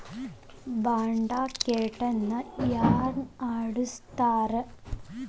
Bond market ನ ಯಾರ್ನಡ್ಸ್ತಾರ?